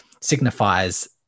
signifies